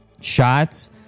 shots